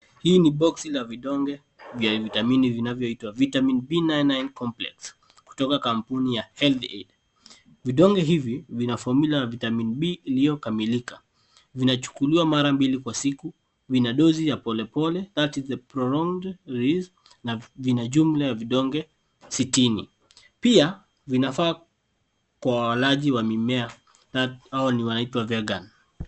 Hii ni boksi la vidonge vya vitamini vinavyoitwa vitamin B99 complex kutoka kampuni ya health aid . Vidonge hivi vina fomula na vitamin B iliyokamilika. Vinachukuliwa mara mbili kwa siku. Vina dozi ya polepole[ cs] i.e the prolonged use na vina jumla ya vidonge sitini. Pia vinafaa kwa walaji wa mimea hao ni wanaitwa [ cs]vegan .